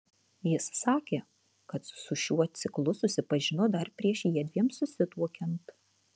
jis sakė kad su šiuo ciklu susipažino dar prieš jiedviem susituokiant